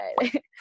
right